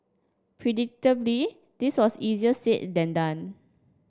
predictably this was easier said than done